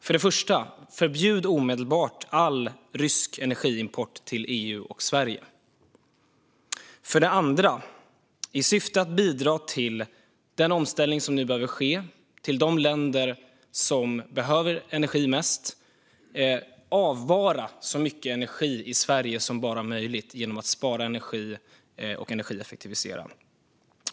För det första: Förbjud omedelbart all rysk energiimport till EU och Sverige. För det andra: I syfte att bidra till den omställning som nu behöver ske i de länder som behöver energi mest, avvara så mycket energi som möjligt i Sverige genom att spara energi och energieffektivisera.